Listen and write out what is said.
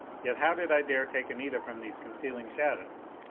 yet how did i dare take anita from these concealing shadows?